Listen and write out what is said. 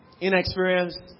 inexperienced